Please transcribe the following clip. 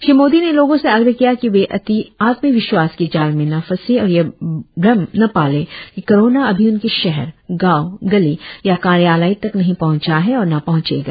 श्री मोदी ने लोगों से आग्रह किया कि वे अति आत्म विश्वास के जाल में न फंसें और यह भ्रम न पालें कि कोरोना अभी उनके शहर गांव गली या कार्यालय तक नहीं पहंचा है और न पहंचेगा